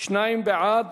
שניים בעד.